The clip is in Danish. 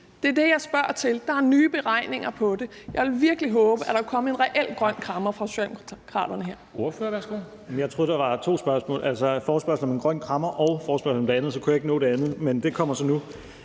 Det er det, jeg spørger til. Der er nye beregninger på det. Jeg vil virkelig håbe, at der kan komme en reel grøn krammer fra Socialdemokraterne her.